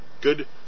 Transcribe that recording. Good